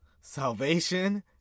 salvation